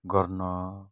गर्न